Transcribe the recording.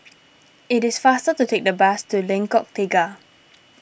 it is faster to take the bus to Lengkok Tiga